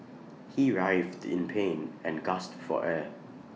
he writhed in pain and gasped for air